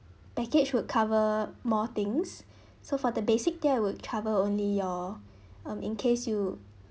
package would cover more things so for the basic tier would cover only your um in case you